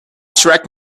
track